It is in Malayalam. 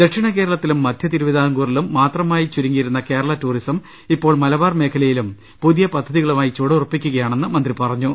ദക്ഷിണകേരളത്തിലും മധൃ തിരുവിതാംകൂറിലും മാത്രമായി ചുരു ങ്ങിയിരിക്കുന്ന കേരള ടൂറിസം ഇപ്പോൾ മലബാർ മേഖലയിലും പുതിയ പദ്ധതികളുമായി ചുവടുറപ്പിക്കുകയാണെന്ന് മന്ത്രി പറഞ്ഞു